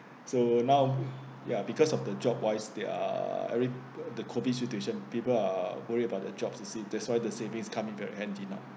so now ya because of the job wise there are the COVID situation people are worried about the job you see that's why the savings come in very handy now